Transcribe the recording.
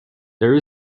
there